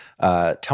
Tell